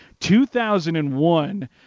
2001